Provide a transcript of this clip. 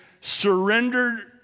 surrendered